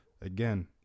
again